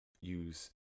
use